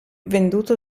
venduto